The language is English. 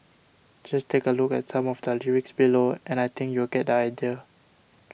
just take a look at some of the lyrics below and I think you'll get idea